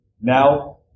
Now